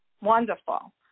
Wonderful